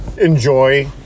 enjoy